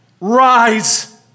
rise